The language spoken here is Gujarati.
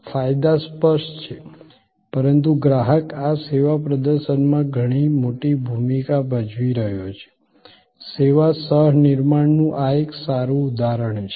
ફાયદા સ્પષ્ટ છે પરંતુ ગ્રાહક આ સેવા પ્રદર્શનમાં ઘણી મોટી ભૂમિકા ભજવી રહ્યો છે સેવા સહ નિર્માણનું આ એક સારું ઉદાહરણ છે